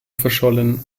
verschollen